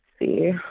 see